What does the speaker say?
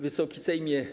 Wysoki Sejmie!